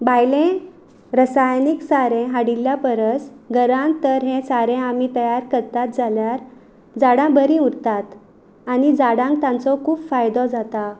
भायलें रसायनीक सारें हाडिल्ल्या परस घरांत तर हें सारें आमी तयार कत्तात जाल्यार झाडां बरीं उरतात आनी झाडांक तांचो खूब फायदो जाता